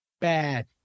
Bad